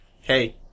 hey